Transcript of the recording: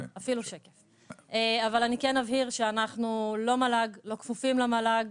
אני כן אבהיר שאנחנו לא מל"ג, לא כפופים למל"ג.